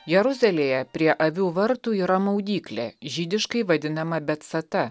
jeruzalėje prie avių vartų yra maudyklė žydiškai vadinama betsata